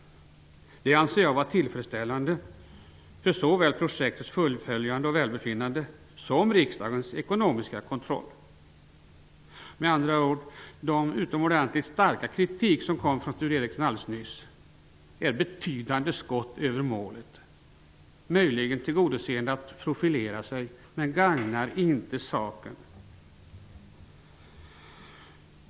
Det anser jag vara tillfredsställande för såväl projektets fullföljande och välbefinnande som för riksdagens ekonomiska kontroll. Med andra ord var den utomordentligt starka kritik som Sture Ericson framförde alldeles nyss betydande skott över målet, möjligen tillgodoseende behovet att profilera sig, men det gagnar inte saken.